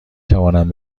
توانند